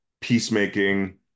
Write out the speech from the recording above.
peacemaking